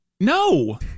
no